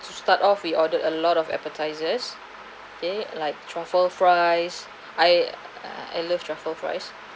to start off we ordered a lot of appetizers okay like truffle fries I I love truffle fries